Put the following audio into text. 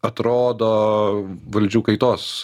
atrodo valdžių kaitos